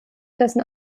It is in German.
dessen